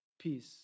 peace